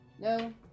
no